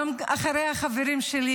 גם אחרי החברים שלי,